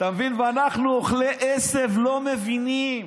ואנחנו אוכלי עשב, לא מבינים.